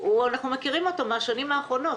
אנחנו מכירים אותו מהשנים האחרונות.